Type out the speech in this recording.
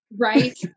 Right